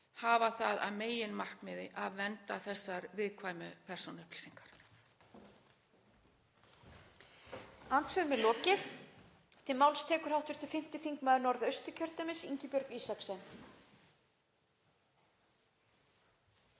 hafa það að meginmarkmiði að vernda þessar viðkvæmu persónuupplýsingar.